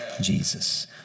Jesus